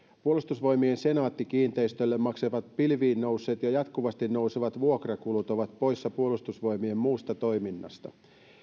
puolustusvoimien senaatti kiinteistöille maksamat pilviin nousseet ja jatkuvasti nousevat vuokrakulut ovat poissa puolustusvoimien muusta toiminnasta